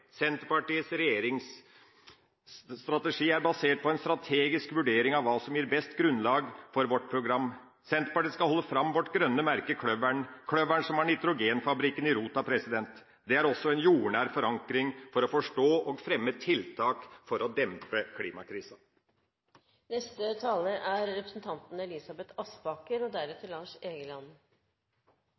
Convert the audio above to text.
Senterpartiets regjeringsstrategi er basert på en strategisk vurdering av hva om gir best grunnlag for vårt program. Senterpartiet skal holde fram sitt grønne merke, kløveren – kløveren som har nitrogenfabrikken i rota. Det er også en jordnær forankring for å forstå og fremme tiltak for å dempe klimakrisen. Den gode skolen gir alle elever muligheter. Derfor er